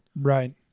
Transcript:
Right